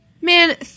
man